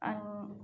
आणि